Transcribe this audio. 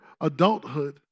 adulthood